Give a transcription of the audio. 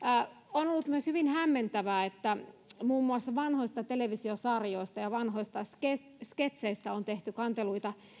on ollut myös hyvin hämmentävää että muun muassa vanhoista televisiosarjoista ja vanhoista sketseistä sketseistä on tehty kanteluita